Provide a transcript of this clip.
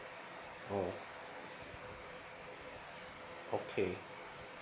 oh okay